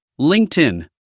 LinkedIn